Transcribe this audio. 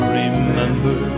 remember